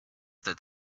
that